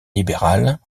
libérale